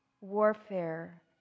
warfare